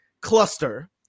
cluster